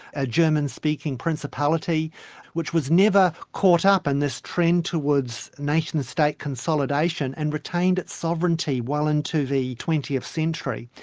a german-speaking principality which was never caught up in this trend towards nation-state consolidation and retained its sovereignty well into the twentieth century.